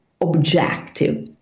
objective